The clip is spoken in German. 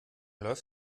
läuft